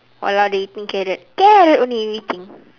no lah they eating carrot carrot only they eating